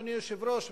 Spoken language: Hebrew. אדוני היושב-ראש,